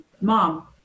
Mom